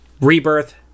Rebirth